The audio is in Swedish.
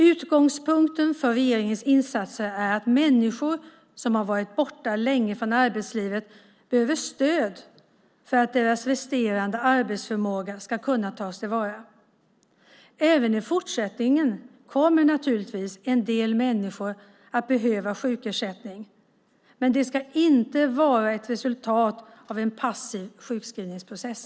Utgångspunkten för regeringens insatser är att människor som varit borta länge från arbetslivet behöver stöd för att deras resterande arbetsförmåga ska kunna tas till vara. Även i fortsättningen kommer naturligtvis en del människor att behöva sjukersättning, men det ska inte vara ett resultat av en passiv sjukskrivningsprocess.